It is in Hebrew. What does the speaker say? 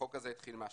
החוק הזה התחיל מהשטח.